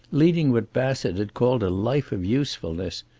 leading what bassett had called a life of usefulness!